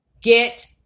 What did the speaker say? Get